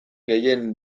gehien